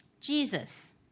Jesus